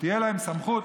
שתהיה להם סמכות,